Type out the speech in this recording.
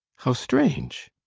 how strange!